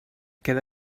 queda